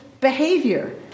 behavior